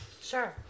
sure